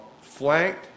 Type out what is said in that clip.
flanked